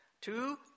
two